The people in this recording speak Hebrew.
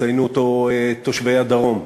יציינו אותו תושבי הדרום,